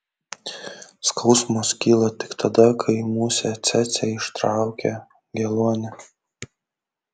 skausmas kyla tik tada kai musė cėcė ištraukia geluonį